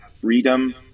freedom